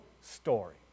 story